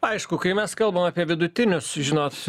aišku kai mes kalbam apie vidutinius žinot